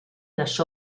las